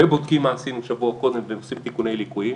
ובודקים מה עשינו שבוע קודם ועושים תיקוני ליקויים.